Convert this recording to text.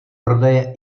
prodeje